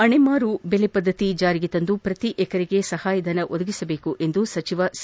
ಅಣೆಮಾರು ಬೆಲೆ ಪದ್ದತಿ ಜಾರಿಗೆ ತಂದು ಶ್ರತಿ ಎಕರೆಗೆ ಸಹಾಯಧನ ಒದಗಿಸಬೇಕು ಎಂದು ಸಚಿವ ಸಿ